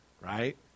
right